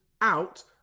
out